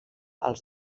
els